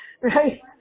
Right